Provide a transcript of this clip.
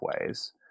ways